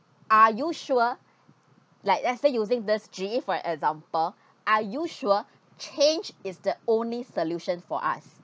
are you sure like let's say using this G_E for example are you sure change is the only solution for us